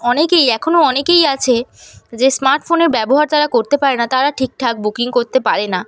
অনেকেই এখনও অনেকেই আছে যে স্মার্টফোনের ব্যবহার যারা করতে পারে না তারা ঠিকঠাক বুকিং করতে পারে না